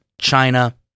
China